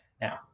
now